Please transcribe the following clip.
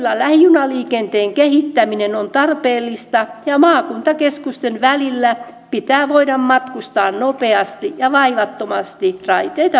kaupunkiseuduilla lähijunaliikenteen kehittäminen on tarpeellista ja maakuntakeskusten välillä pitää voida matkustaa nopeasti ja vaivattomasti raiteita pitkin